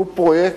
שהוא טוב